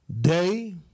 Day